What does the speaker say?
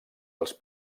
els